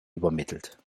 übermittelt